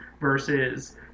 versus